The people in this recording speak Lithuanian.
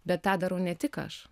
bet tą darau ne tik aš